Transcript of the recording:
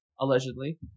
allegedly